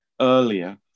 earlier